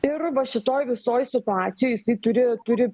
ir va šitoj visoj situacijoj jisai turi turi